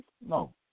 no